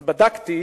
אז בדקתי.